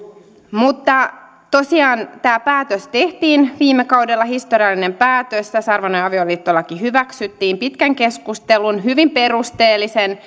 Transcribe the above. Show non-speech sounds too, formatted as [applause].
mutta tosiaan tämä päätös tehtiin viime kaudella historiallinen päätös tasa arvoinen avioliittolaki hyväksyttiin pitkän keskustelun hyvin perusteellisen [unintelligible]